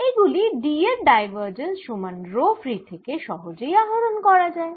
এগুলি D এর divergence সমান রো ফ্রী থেকে সহজেই আহরণ করা যায়